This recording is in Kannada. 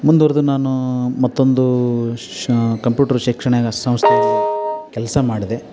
ಮುಂದುವರೆದು ನಾನು ಮತ್ತೊಂದು ಶ ಕಂಪ್ಯೂಟ್ರು ಶೈಕ್ಷಣಿಕ ಸಂಸ್ಥೆಯಲ್ಲಿ ಕೆಲಸ ಮಾಡಿದೆ